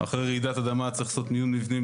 אחרי רעידת אדמה צריך לעשות מיון מבנים,